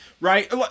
right